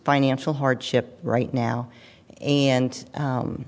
financial hardship right now and